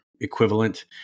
equivalent